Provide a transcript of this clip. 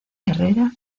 herrera